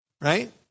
Right